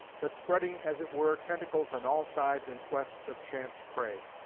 but spreading as it were tentacles on all sides in quest of chance prey,